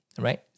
right